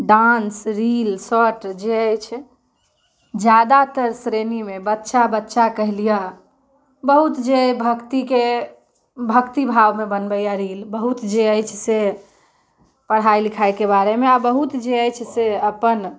dance reel shorts जे अछि जादातर श्रेणीमे बच्चा बच्चा कहि लिऽ बहुत जे भक्तिके भक्ति भावमे बनबैए रील बहुत जे अछि से पढ़ाइ लिखाइके के बारेमे जे अछि से अपन